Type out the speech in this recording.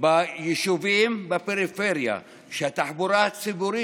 ביישובים בפריפריה שהתחבורה הציבורית